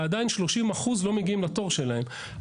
ועדיין 30% לא מגיעים לתור שלהם.